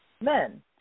men